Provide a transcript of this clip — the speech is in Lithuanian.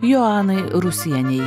joanai rusienei